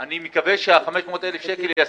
אני מקווה שה-500,000 שקל יספיקו,